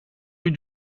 rue